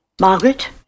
Margaret